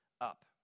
up